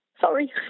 Sorry